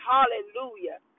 Hallelujah